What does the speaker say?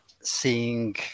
seeing